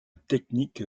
technique